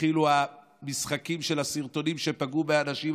כשהתחילו המשחקים של הסרטונים שפגעו באנשים.